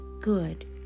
good